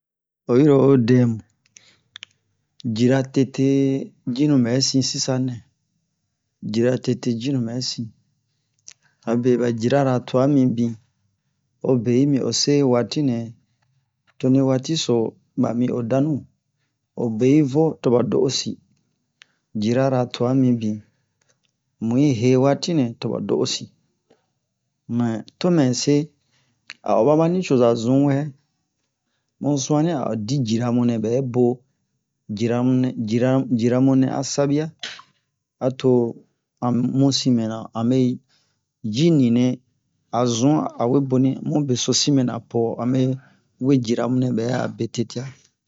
oyiro o dɛmu jira tete jinu ɓɛsin sisanɛ jira tete jinu ɓɛsin abe ɓ jirara twa mibin ho be yi mi ose waati nɛ to ni waati so ɓa mi o dannu o be yi vo to ɓa do'osi jirira twa mibin mu yi hee maati nɛ to ɓa do'osi mɛ to me se a o maba nucoza zun wɛ mu sun'anni a o di jirimu nɛɓɛ bo jiramu jira jiramu nɛ a sabiya a to amu sin mɛna a mɛ ji ninɛ a zun awe boni mu beso sin mɛna po a me wee jiramu nɛ ɓɛ'a be tete'a